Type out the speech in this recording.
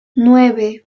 nueve